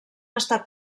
estat